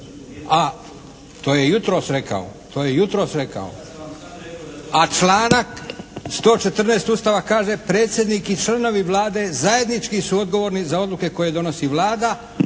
svoje Vlade, a to je jutros rekao. A članak 114. Ustava kaže, predsjednik i članovi Vlade zajednički su odgovorni za odluke koje donosi Vlada,